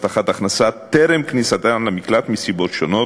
הבטחת הכנסה טרם כניסתן למקלט מסיבות שונות,